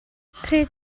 pryd